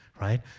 right